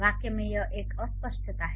वाक्य में यह एक अस्पष्टता है